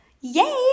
Yay